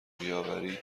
بیاوری